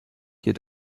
had